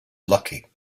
lucky